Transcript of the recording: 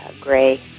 gray